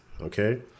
okay